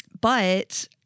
But-